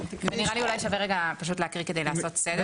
נראה לי ששווה להקריא כדי לעשות סדר.